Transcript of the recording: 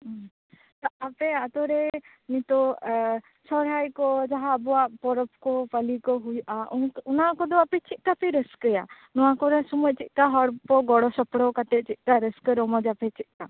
ᱩᱸ ᱟᱯᱮ ᱟᱹᱛᱩᱨᱮ ᱱᱤᱛᱳᱜ ᱮᱸᱻ ᱥᱚᱨᱦᱟᱭ ᱠᱚ ᱡᱟᱦᱟᱸ ᱟᱵᱚᱣᱟᱜ ᱯᱚᱨᱚᱵᱽ ᱠᱚ ᱯᱟ ᱞᱤ ᱠᱚ ᱦᱩᱭᱩᱜᱼᱟ ᱚᱱᱟ ᱠᱚᱫᱚ ᱟᱯᱮ ᱪᱮᱫᱞᱮᱠᱟ ᱯᱮ ᱨᱟ ᱥᱠᱟ ᱭᱟ ᱱᱚᱣᱟᱠᱚᱨᱮ ᱥᱚᱢᱚᱭ ᱪᱮᱫᱞᱮᱠᱟ ᱦᱚᱲ ᱠᱚ ᱜᱚᱲᱚ ᱥᱚᱯᱚᱦᱚᱫ ᱠᱟᱛᱮ ᱪᱮᱫᱞᱮᱠᱟ ᱨᱟ ᱥᱠᱟ ᱨᱚᱢᱚᱡᱟᱯᱮ ᱪᱮᱫᱞᱮᱠᱟ